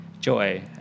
joy